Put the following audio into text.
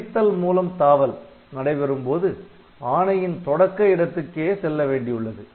கிளைத்தல் மூலம் தாவல் நடைபெறும்போது ஆணையின் தொடக்க இடத்துக்கே செல்ல வேண்டியுள்ளது